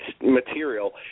material